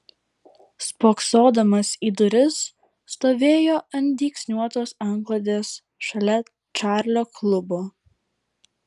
spoksodamas į duris stovėjo ant dygsniuotos antklodės šalia čarlio klubo